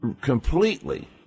completely